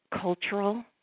cultural